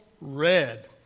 Red